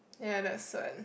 ya that's what